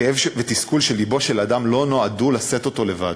כאב ותסכול שלבו של אדם לא נועד לשאת אותם לבד.